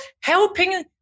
helping